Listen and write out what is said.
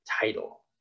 title